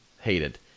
hated